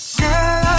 girl